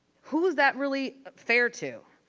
who's that really fair to?